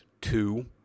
two